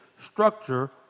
structure